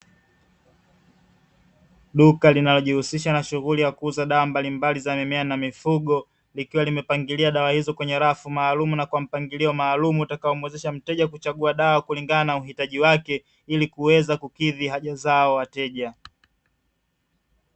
Duka linalojihusisha na shughuli ya kuuza dawa mbalimbali za mimea na mifugo, likiwa limepangilia dawa hizo kwenye rafu maalumu na kwa mpangilio maalumu utakaomuwezesha mteja kuchagua dawa kulingana na uhitaji wake, ili kuweza kukidhi haja zao wateja.